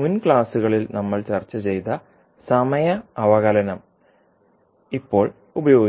മുൻ ക്ലാസുകളിൽ നമ്മൾ ചർച്ച ചെയ്ത സമയ അവകലനം ഇപ്പോൾ ഉപയോഗിക്കും